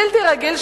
בלתי רגיל,